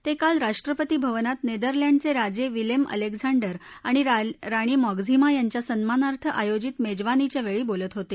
ते काल राष्ट्रपती भवनात नेदरलँडचे राजे विलेम अलेक्झांडर आणि राणी मॉक्झिमा यांच्या सन्मानार्थ आयोजित मेजवानीच्या वेळी बोलत होते